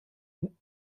ein